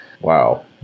Wow